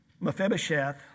Mephibosheth